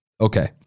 Okay